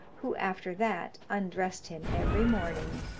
who after that undressed him every morning,